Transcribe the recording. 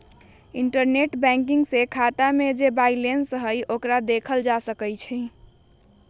internet banking से खाता में जे बैलेंस हई ओकरा देखल जा सकलई ह